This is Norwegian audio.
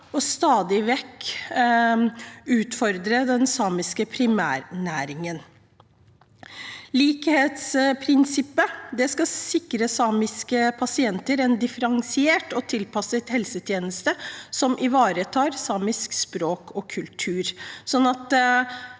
og stadig vekk utfordret den samiske primærnæringen. Likhetsprinsippet skal sikre samiske pasienter en differensiert og tilpasset helsetjeneste som ivaretar samisk språk og kultur.